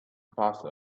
passed